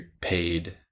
paid